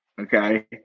Okay